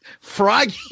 Froggy